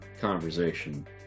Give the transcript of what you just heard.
conversation